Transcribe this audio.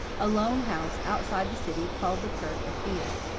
a lone house outside the city called the kirk of field.